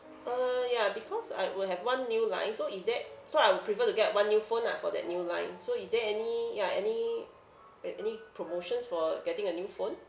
uh ya because I will have one new line so is there so I would prefer to get one new phone ah for that new line so is there any ya any like any promotions for getting a new phone